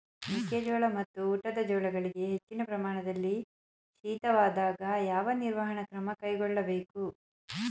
ಮೆಕ್ಕೆ ಜೋಳ ಮತ್ತು ಊಟದ ಜೋಳಗಳಿಗೆ ಹೆಚ್ಚಿನ ಪ್ರಮಾಣದಲ್ಲಿ ಶೀತವಾದಾಗ, ಯಾವ ನಿರ್ವಹಣಾ ಕ್ರಮ ಕೈಗೊಳ್ಳಬೇಕು?